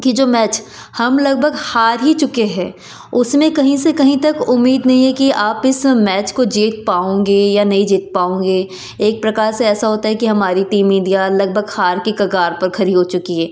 कि जो मैच हम लगभाग हार ही चुके हैं उसमें कहीं से कहीं तक उम्मीद नहीं है कि आप इस मैच को जीत पाओगे या नहीं जीत पाओगे एक प्रकार से ऐसा होता है कि हमारी टीम इंडिया लगभग हार के कगार पर खड़ी हो चुकी है